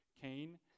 Cain